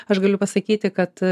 aš galiu pasakyti kad